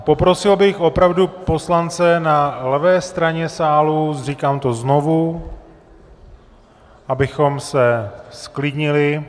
Poprosil bych opravdu poslance na levé straně sálu, říkám to znovu, abychom se zklidnili.